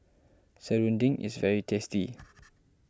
Serunding is very tasty